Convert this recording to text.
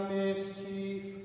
mischief